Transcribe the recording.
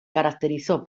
caracterizó